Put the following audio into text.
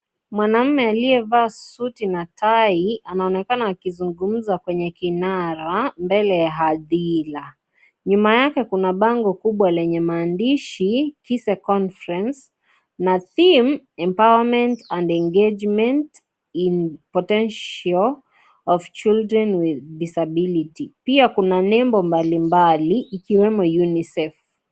Mwanaume aliyevaa suti na tai anaonekana akizungumza kwenye kwenye kinara mbele ya adhira. Nyuma yake kuna pango kubwa lenye maandishi visa conference, team empowerment and engagement in potential of children with disability pia Kuna nembo mbalimbali ikiwemo UNICEF.